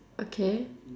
okay